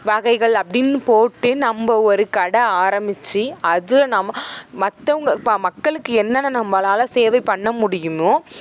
வகைகள் அப்படின்னு போட்டு நம்ம ஒரு கடை ஆரம்மிச்சி அதில் நம்ம மத்தவங்க இப்போ மக்களுக்கு என்னென்ன நம்மளால சேவை பண்ண முடியுமோ